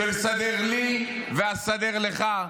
של סדר לי ואסדר לך,